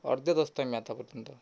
अर्ध्यात असतो आम्ही आतापर्यंत